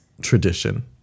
tradition